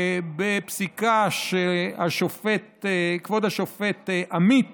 בפסיקה שכבוד השופט עמית